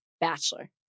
Bachelor